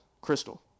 crystal